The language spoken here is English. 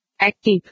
Active